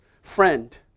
friend